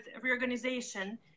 reorganization